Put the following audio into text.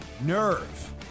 nerve